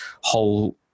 whole